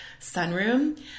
sunroom